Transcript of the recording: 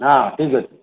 ହଁ ଠିକ୍ ଅଛି